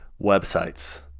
websites